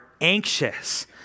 anxious